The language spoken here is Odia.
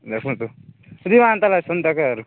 ଦେଖନ୍ତୁ ଦୁଇ ମାସ ତଳେ ଆରୁ